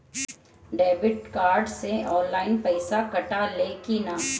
Debit card से online पैसा कटा ले कि ना?